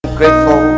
grateful